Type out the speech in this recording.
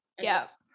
Yes